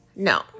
No